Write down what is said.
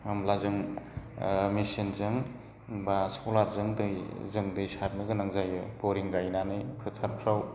खामलाजों मेसिनजों बा सलारजों दैजों दै सारनो गोनां जायो बरिं गायनानै फोथारफ्राव